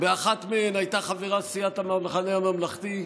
באחת מהן הייתה חברה סיעת המחנה הממלכתי,